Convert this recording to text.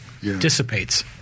dissipates